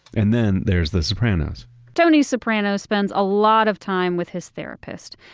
and then there's the sopranos tony soprano spends a lot of time with his therapist,